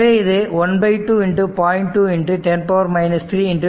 எனவே இது 12 ×0